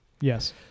Yes